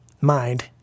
mind